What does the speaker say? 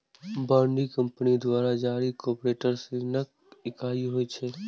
bond company द्वारा जारी corporate ऋणक इकाइ होइ छै